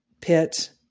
pit